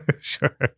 Sure